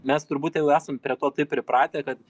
mes turbūt jau esam prie to taip pripratę kad